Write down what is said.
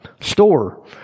store